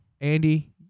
Andy